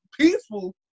peaceful